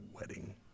wedding